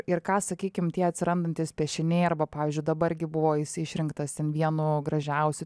ir ką sakykim tie atsirandantys piešiniai arba pavyzdžiui dabar gi buvo išrinktas ten vienu gražiausių